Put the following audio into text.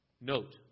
Note